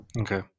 okay